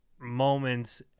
moments